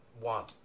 want